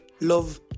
love